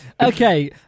Okay